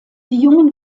jungen